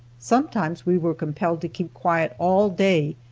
sometimes we were compelled to keep quiet all day,